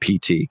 pt